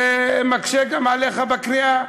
זה גם מקשה עליך גם בקריאה.